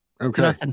Okay